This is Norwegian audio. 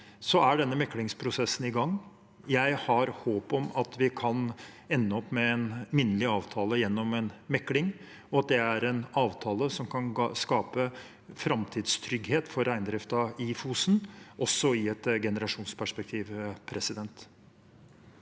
Denne meklingsprosessen er i gang. Jeg har håp om at vi kan ende opp med en minnelig avtale gjennom en mekling, og at det er en avtale som kan skape framtidstrygghet for reindriften i Fosen, også i et generasjonsperspektiv.